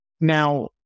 Now